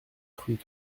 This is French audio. fruits